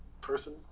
person